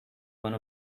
one